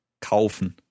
kaufen